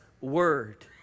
word